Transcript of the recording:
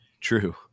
true